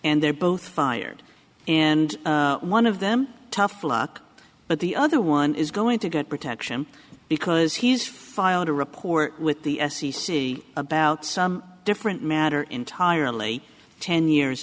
and they're both fired and one of them tough luck but the other one is going to get protection because he's filed a report with the f c c about some different matter entirely ten years